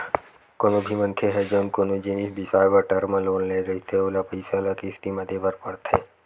कोनो भी मनखे ह जउन कोनो जिनिस बिसाए बर टर्म लोन ले रहिथे ओला पइसा ल किस्ती म देय बर परथे